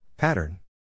Pattern